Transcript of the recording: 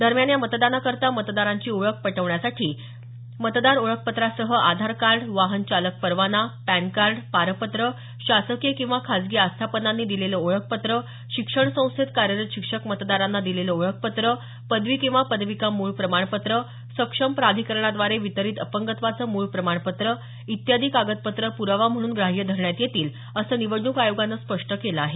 दरम्यान या मतदानाकरता मतदारांची ओळख पटवण्यासाठी मतदार ओळखपत्रासह आधार कार्ड वाहन चालक परवाना पॅन कार्ड पारपत्र शासकीय किंवा खासगी आस्थापनांनी दिलेलं ओळखपत्रशिक्षण संस्थेत कार्यरत शिक्षक मतदारांना दिलेलं ओळखपत्र पदवी किंवा पदविका मूळ प्रमाणपत्र सक्षम प्राधिकरणाद्वारे वितरीत अपंगत्वाचं मूळ प्रमाणपत्र इत्यादी कागदपत्रं प्रावा म्हणून ग्राह्य धरण्यात येतील असं निवडणूक आयोगानं स्पष्ट केलं आहे